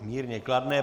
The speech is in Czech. Mírně kladné.